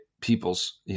people's